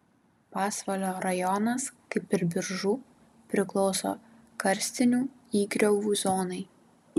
pasvalio rajonas kaip ir biržų priklauso karstinių įgriovų zonai